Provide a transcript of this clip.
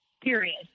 Period